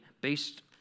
based